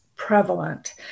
prevalent